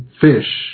fish